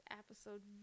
episode